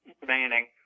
Remaining